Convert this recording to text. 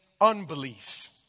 unbelief